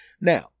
Now